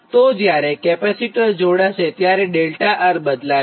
તો જ્યારે કેપેસિટર જોડાશે ત્યારે 𝛿𝑅બદલાશે